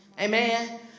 Amen